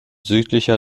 südlicher